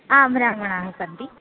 आ ब्राह्मणाः सन्ति